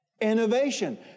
Innovation